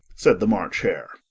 said the march hare.